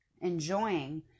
enjoying